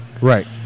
Right